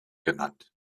genannt